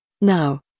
Now